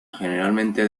generalmente